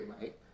right